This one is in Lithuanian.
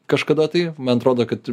kažkada tai man atrodo kad